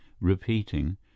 repeating